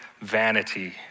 vanity